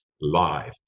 live